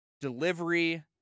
delivery